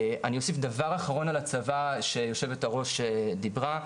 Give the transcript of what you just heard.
אני אוסיף דבר אחרון על הצבא שיושבת הראש דיברה,